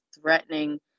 threatening